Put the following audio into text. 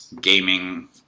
gaming